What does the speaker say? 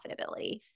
profitability